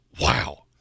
Wow